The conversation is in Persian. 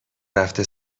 رفته